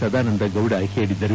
ಸದಾನಂದ ಗೌಡ ಹೇಳಿದರು